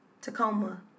Tacoma